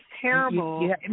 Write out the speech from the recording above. terrible